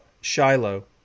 Shiloh